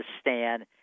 stand